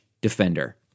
Defender